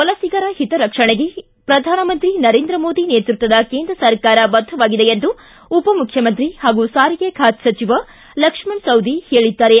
ವಲಸಿಗರ ಹಿತರಕ್ಷಣಿಗೆ ಪ್ರಧಾನಮಂತ್ರಿ ನರೇಂದ್ರ ಮೋದಿ ನೇತೃತ್ವದ ಕೇಂದ್ರ ಸರ್ಕಾರ ಬದ್ಧವಾಗಿದೆ ಎಂದು ಉಪಮುಖ್ಯಮಂತ್ರಿ ಹಾಗೂ ಸಾರಿಗೆ ಖಾತೆ ಸಚಿವ ಲಕ್ಷ್ಮಣ ಸವದಿ ಹೇಳಿದ್ದಾರೆ